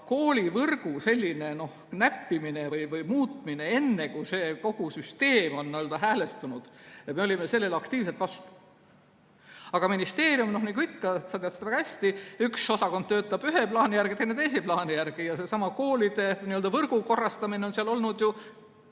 Koolivõrgu sellisele näppimisele või muutmisele, enne kui see kogu süsteem on n-ö häälestunud, me olime aktiivselt vastu. Aga ministeeriumis on nagu ikka, sa tead seda väga hästi: üks osakond töötab ühe plaani järgi, teine teise plaani järgi. Seesama koolide n‑ö võrgu korrastamine on olnud